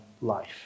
life